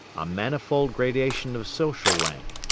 a manifold gradation of social rank.